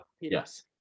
Yes